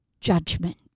judgment